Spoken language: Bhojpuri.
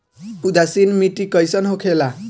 उदासीन मिट्टी कईसन होखेला?